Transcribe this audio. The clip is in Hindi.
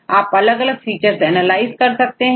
तो आप अलग अलग फीचर्स एनालाइज कर सकते हैं